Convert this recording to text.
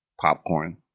popcorn